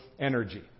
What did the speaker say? energy